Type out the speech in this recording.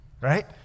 Right